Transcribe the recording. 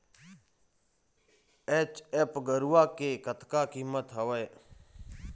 HF गरवा के कतका कीमत हवए?